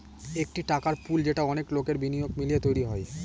একটি টাকার পুল যেটা অনেক লোকের বিনিয়োগ মিলিয়ে তৈরী হয়